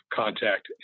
contact